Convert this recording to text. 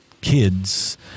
kids